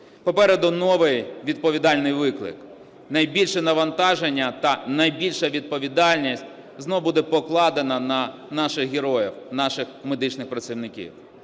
Попереду новий відповідальний виклик. Найбільше навантаження та найбільша відповідальність знову буде покладена на наших героїв – наших медичних працівників.